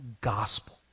gospel